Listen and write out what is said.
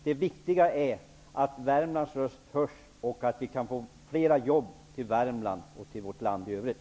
Det viktiga är att Värmlands röst hörs och att det kan skapas flera jobb i Värmland och i landet i övrigt.